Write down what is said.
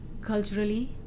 culturally